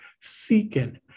seeking